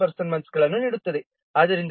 9 person ಮಂತ್ಸ್ಗಳನ್ನು ನೀಡುತ್ತದೆ